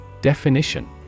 Definition